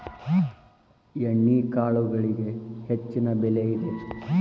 ಎಣ್ಣಿಕಾಳುಗಳಿಗೆ ಹೆಚ್ಚಿನ ಬೆಲೆ ಇದೆ